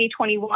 2021